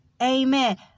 Amen